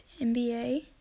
NBA